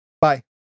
Bye